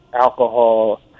alcohol